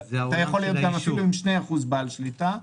אתה יכול להיות אפילו עם 2% ולהיות בעל שליטה,